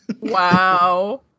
Wow